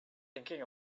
thinking